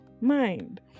mind